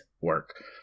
work